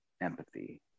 empathy